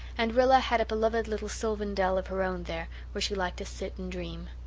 and rilla had a beloved little sylvan dell of her own there where she liked to sit and dream.